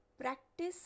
practice